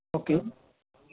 okay